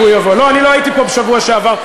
לא, אני לא הייתי פה בשבוע שעבר.